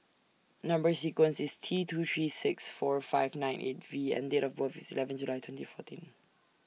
Number sequence IS T two three six four five nine eight V and Date of birth IS eleventh July twenty fourteen